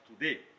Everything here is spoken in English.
today